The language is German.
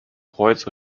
kreuz